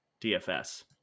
DFS